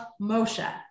Moshe